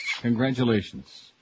Congratulations